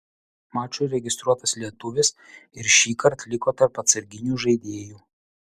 mačui registruotas lietuvis ir šįkart liko tarp atsarginių žaidėjų